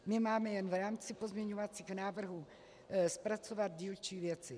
My máme jen v rámci pozměňovacích návrhů zpracovat dílčí věci.